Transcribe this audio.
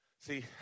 See